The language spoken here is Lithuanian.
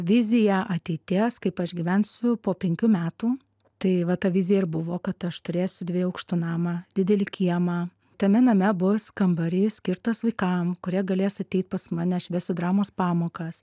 viziją ateities kaip aš gyvensiu po penkių metų tai va ta vizija ir buvo kad aš turėsiu dviejų aukštų namą didelį kiemą tame name bus kambarys skirtas vaikam kurie galės ateit pas mane aš vesiu dramos pamokas